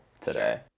today